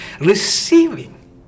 receiving